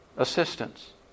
Assistance